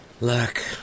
Look